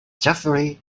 jeffery